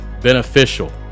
beneficial